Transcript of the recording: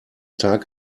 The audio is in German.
tag